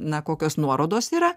na kokios nuorodos yra